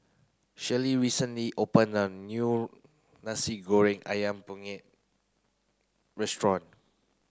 Sherie recently opened a new Nasi Goreng Ayam Kunyit restaurant